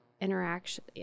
interaction